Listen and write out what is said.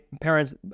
parents